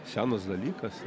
senas dalykas